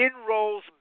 enrolls